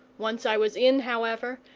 once i was in, however,